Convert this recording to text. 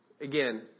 Again